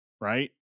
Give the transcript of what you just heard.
right